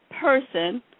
person